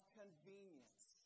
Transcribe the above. convenience